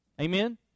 Amen